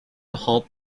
halt